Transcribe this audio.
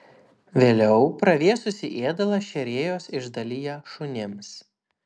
vėliau pravėsusį ėdalą šėrėjos išdalija šunims